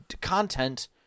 content